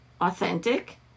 authentic